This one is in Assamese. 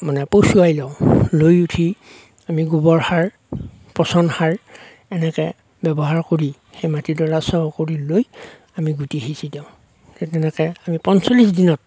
মানে পচুৱাই লওঁ লৈ উঠি আমি গোবৰ সাৰ পচন সাৰ এনেকে ব্যৱহাৰ কৰি সেই মাটিডৰা চহ কৰি লৈ আমি গুটি সিঁচি দিওঁ ঠিক তেনেকে আমি পঞ্চলিছ দিনত